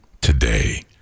today